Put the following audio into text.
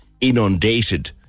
inundated